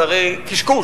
זה הרי קשקוש,